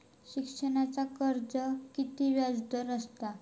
शिक्षणाच्या कर्जाचा किती व्याजदर असात?